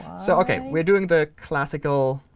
so ok, we're doing the classical